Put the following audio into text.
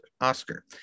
Oscar